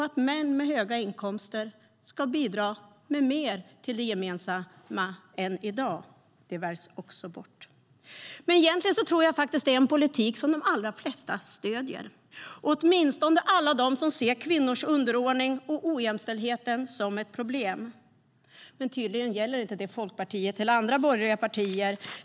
Att män med höga inkomster ska bidra mer till det gemensamma än i dag väljs också bort. Egentligen tror jag faktiskt att våra förslag är politik som de allra flesta stöder, åtminstone alla de som ser kvinnors underordning och ojämställdhet som ett problem. Men tydligen gäller det inte Folkpartiet eller andra borgerliga partier.